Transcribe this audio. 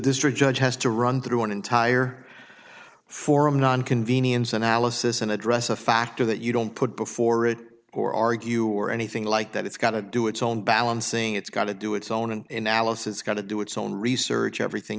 district judge has to run through an entire forum non convenience analysis and address a factor that you don't put before it or argue or anything like that it's got to do its own balancing it's got to do its own and in alice it's got to do its own research everything